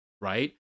right